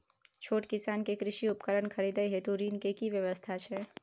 छोट किसान के कृषि उपकरण खरीदय हेतु ऋण के की व्यवस्था छै?